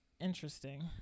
Interesting